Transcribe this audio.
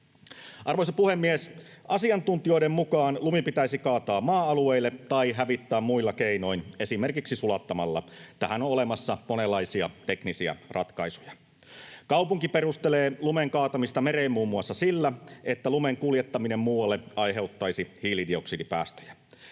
Arvoisa puhemies! Asiantuntijoiden mukaan lumi pitäisi kaataa maa-alueille tai hävittää muilla keinoin, esimerkiksi sulattamalla — tähän on olemassa monenlaisia teknisiä ratkaisuja. Kaupunki perustelee lumen kaatamista mereen muun muassa sillä, että lumen kuljettaminen muualle aiheuttaisi hiilidioksidipäästöjä.